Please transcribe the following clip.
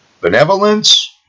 benevolence